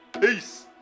Peace